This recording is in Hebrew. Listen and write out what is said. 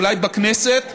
אולי בכנסת,